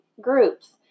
groups